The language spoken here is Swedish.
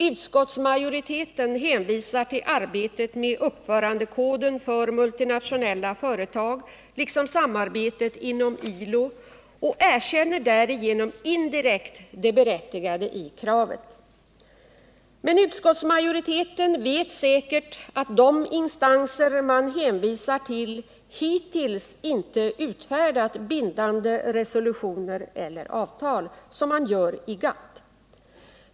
Utskottsmajoriteten hänvisar till arbetet med uppförandekoden för multinationella företag liksom samarbetet inom ILO och erkänner därigenom indirekt det berättigade i kravet. Men utskottsmajoriteten vet säkert att de instanser man hänvisar till hittills inte utfärdat bindande resolutioner eller avtal, som man gör i GATT.